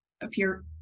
appear